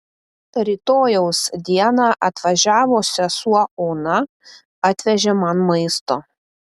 rytojaus dieną atvažiavo sesuo ona atvežė man maisto